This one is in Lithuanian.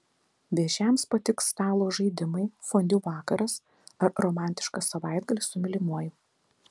vėžiams patiks stalo žaidimai fondiu vakaras ar romantiškas savaitgalis su mylimuoju